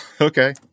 Okay